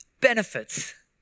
benefits